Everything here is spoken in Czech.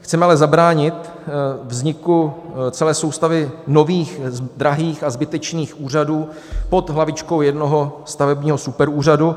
Chceme ale zabránit vzniku celé soustavy nových drahých a zbytečných úřadů pod hlavičkou jednoho stavebního superúřadu.